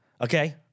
Okay